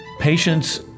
Patients